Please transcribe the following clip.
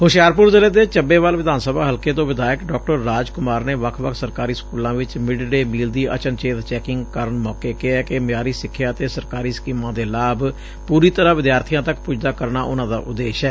ਹੁਸ਼ਿਆਰਪੁਰ ਜ਼ਿਲ੍ਹੇ ਦੇ ਚੱਬੇਵਾਲ ਵਿਧਾਨ ਸਭਾ ਹਲਕੇ ਤੋਂ ਵਿਧਾਇਕ ਡਾਕਟਰ ਰਾਜ ਕੁਮਾਰ ਨੇ ਵੱਖ ਵੱਖ ਸਰਕਾਰੀ ਸਕੁਲਾਂ ਵਿਚ ਮਿਡ ਡੇ ਮੀਲ ਦੀ ਅਚਨਚੇਤ ਚੈਕਿੰਗ ਕਰਨ ਮੌਕੇ ਕਿਹੈ ਕਿ ਮਿਆਰੀ ਸਿਖਿਆ ਅਤੇ ਸਰਕਾਰੀ ਸਕੀਮਾਂ ਦੇ ਲਾਭ ਪੁਰੀ ਤਰ੍ਾਂ ਵਿਦਿਆਰਬੀਆਂ ਤੱਕ ਪੁੱਜਦਾ ਕਰਨਾ ਉਨਾਂ ਦਾ ਉਦੇਸ਼ ਐ